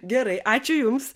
gerai ačiū jums